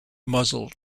muzzle